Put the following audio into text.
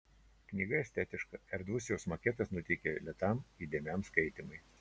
knyga estetiška erdvus jos maketas nuteikia lėtam įdėmiam skaitymui